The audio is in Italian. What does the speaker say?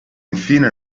infine